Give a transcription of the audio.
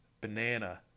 banana